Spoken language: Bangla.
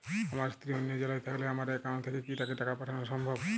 আমার স্ত্রী অন্য জেলায় থাকলে আমার অ্যাকাউন্ট থেকে কি তাকে টাকা পাঠানো সম্ভব?